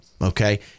Okay